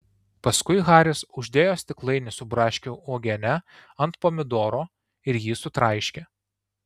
paskui haris uždėjo stiklainį su braškių uogiene ant pomidoro ir jį sutraiškė